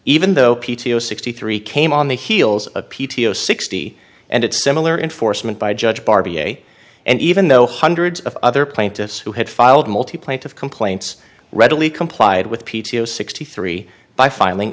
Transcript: even though p t o sixty three came on the heels of p t o sixty and its similar enforcement by judge bar v a and even though hundreds of other plaintiffs who had filed multipoint of complaints readily complied with p t o sixty three by filing